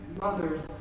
mothers